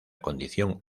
condición